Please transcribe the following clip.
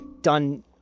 done